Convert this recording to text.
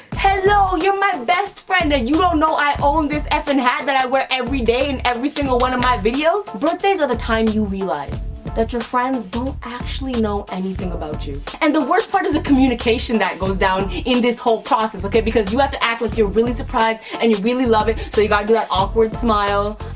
hello, you're my best friend and you don't know i own this effin' hat that i wear every day in every single one of my videos? birthdays are the time you realize that your friends don't actually know anything about you. and the worst part is the communication that goes down in this whole process like because you have to act like you're really surprised and you really love it. so you got to do that awkward smile.